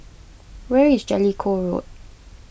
where is Jellicoe Road